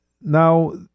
now